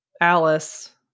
Alice